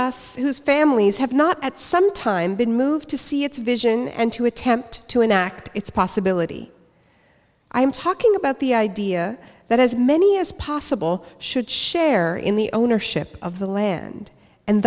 us whose families have not at some time been moved to see its vision and to attempt to enact its possibility i am talking about the idea that as many as possible should share in the ownership of the land and